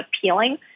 appealing